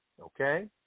okay